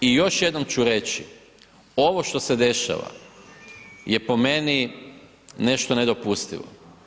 I još jednom ću reći, ovo što se dešava, je po meni, nešto nedopustivo.